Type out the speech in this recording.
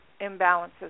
imbalances